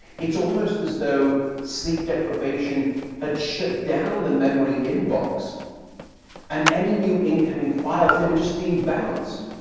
it's almost as though sleep deprivation had shut down the memory inbox and any new incoming files, they were just being bounced.